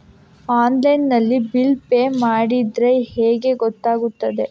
Online ನಲ್ಲಿ bill pay ಮಾಡಿದ್ರೆ ಹೇಗೆ ಗೊತ್ತಾಗುತ್ತದೆ?